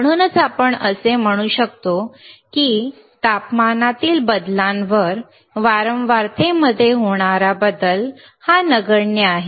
म्हणूनच आपण असे म्हणू शकतो की तापमानातील बदलावर वारंवारतेमध्ये होणारा बदल हा नगण्य आहे